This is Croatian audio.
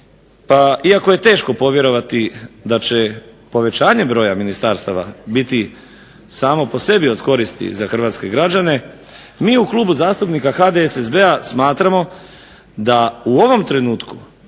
iako je teško povjerovati da će povećanjem broja ministarstava biti samo po sebi od koristi za hrvatske građane mi u Klubu zastupnika HDSSB-a smatramo da u ovom trenutku